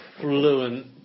fluent